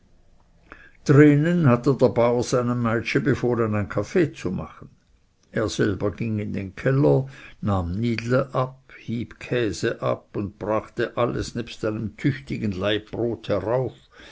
drinnen hatte der bauer seinem meitschi befohlen ein kaffee zu machen er selbst ging in den keller nahm nidle ab hieb käse ab und brachte alles nebst einem tüchtigen laib brot herauf